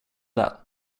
det